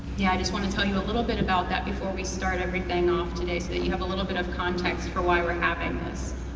yeah i just want to tell you a little bit about that before we start everything off today, so that you have a little bit of context for why we're having this.